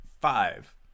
Five